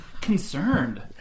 Concerned